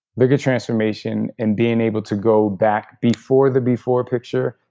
look at transformation and being able to go back before the before picture,